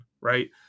right